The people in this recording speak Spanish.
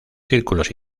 círculos